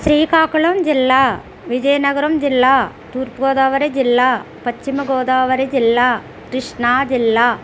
శ్రీకాకుళం జిల్లా విజయనగరం జిల్లా తూర్పు గోదావరి జిల్లా పశ్చిమ గోదావరి జిల్లా కృష్ణా జిల్లా